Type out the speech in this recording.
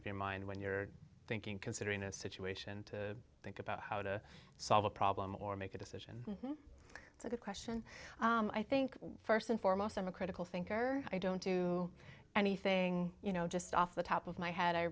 of your mind when you're thinking considering a situation to think about how to solve a problem or make a decision it's a good question i think first and foremost i'm a critical thinker i don't do anything you know just off the top of my head i